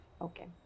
Okay